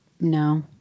No